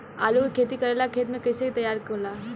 आलू के खेती करेला खेत के कैसे तैयारी होला?